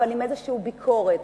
אבל עם איזושהי ביקורת,